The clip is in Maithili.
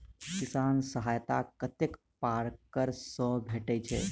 किसान सहायता कतेक पारकर सऽ भेटय छै?